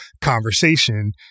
conversation